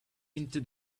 into